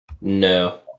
No